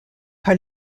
par